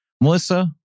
Melissa